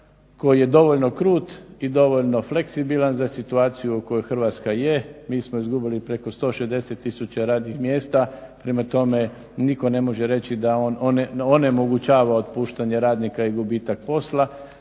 koji je dovoljno krut i dovoljno fleksibilan za situaciju u kojoj Hrvatska je. Mi smo izgubili preko 160 tisuća radnih mjesta. Prema tome, nitko ne može reći da onemogućava otpuštanje radnika i gubitak posla.